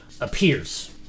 appears